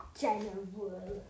general